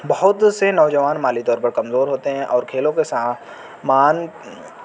بہت سے نوجوان مالی طور پر کمزور ہوتے ہیں اور کھیلوں کے سامان